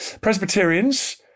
Presbyterians